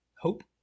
hope